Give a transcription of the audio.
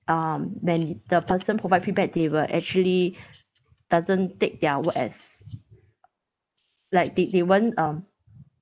um when the person provide feedback they will actually doesn't take their word as like did they won't um